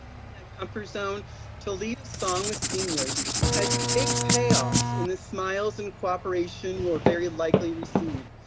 that comfort zone to lead a song with seniors has big payoffs in the smiles and cooperation you'll very likely receive.